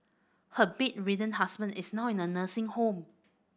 her bedridden husband is in a nursing home